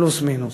פלוס מינוס.